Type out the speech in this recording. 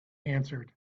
answered